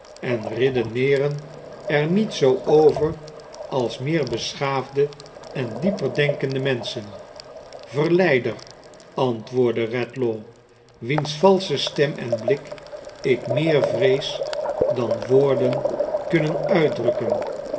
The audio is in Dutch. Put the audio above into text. en redeneeren er niet zoo over als meer beschafde en ddeper denkende menschen verleider antwoordde redlaw wienis valsohe stem en blik ik meer vxees dan woorden kunnen uitdrukken